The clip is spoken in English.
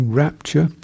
rapture